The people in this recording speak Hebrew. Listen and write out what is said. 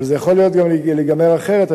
אבל זה יכול גם להיגמר אחרת.